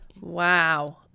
Wow